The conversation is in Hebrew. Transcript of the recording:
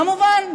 כמובן,